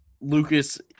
Lucas